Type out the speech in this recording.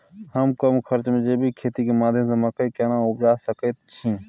हम कम खर्च में जैविक खेती के माध्यम से मकई केना उपजा सकेत छी?